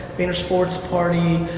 vaynersports party.